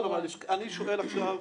אני שואל עכשיו